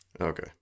Okay